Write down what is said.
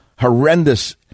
horrendous